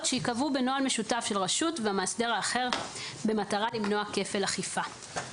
שייקבעו בנוהל משותף של הרשות והמאסדר האחר במטרה למנוע כפל אכיפה.